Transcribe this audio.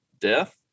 death